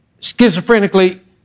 schizophrenically